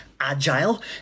agile